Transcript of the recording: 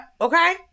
okay